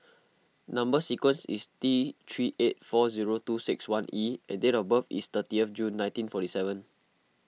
Number Sequence is T three eight four zero two six one E and date of birth is thirty of June nineteen forty seven